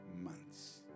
months